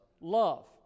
love